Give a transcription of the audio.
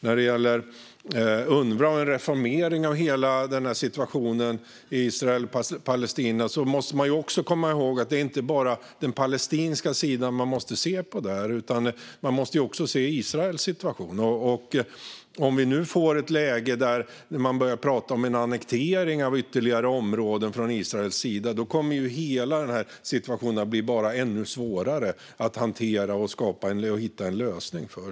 När det gäller Unrwa och en reformering av hela situationen i Israel och Palestina måste man också komma ihåg att det inte är enbart den palestinska sidan man behöver se. Man måste se även Israels situation. Om vi nu får ett läge där det börjar pratas om en annektering av ytterligare områden från Israels sida kommer hela situationen bara att bli ännu svårare att hantera och hitta en lösning på.